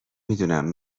میدونم